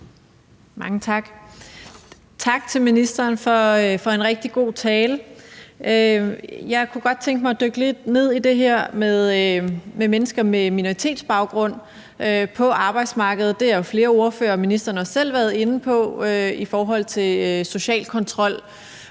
Mange tak. Tak til ministeren for en rigtig god tale. Jeg kunne godt tænke mig at dykke lidt ned i det her med mennesker med minoritetsbaggrund på arbejdsmarkedet i forhold til social kontrol